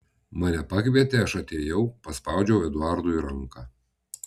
mane pakvietė aš atėjau paspaudžiau eduardui ranką